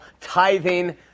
tithing